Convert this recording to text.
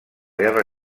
guerra